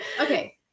okay